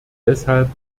deshalb